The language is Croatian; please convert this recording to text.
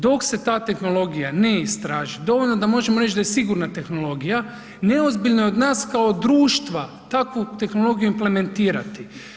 Dok se ta tehnologija ne istraži, dovoljno da možemo reći da sigurna tehnologija, neozbiljno je od nas kao društva takvu tehnologiju implementirati.